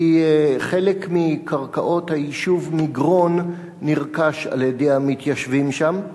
כי חלק מקרקעות היישוב מגרון נרכש על-ידי המתיישבים שם.